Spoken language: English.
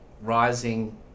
rising